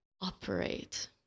operate